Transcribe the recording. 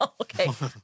Okay